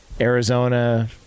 Arizona